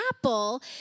apple